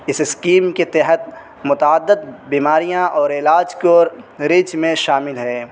اس scheme کے تحت متعدد بیماریاں اور علاج کوریچ میں شامل ہیں